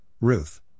Ruth